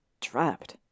trapped